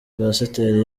pasiteri